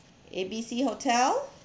A B C hotel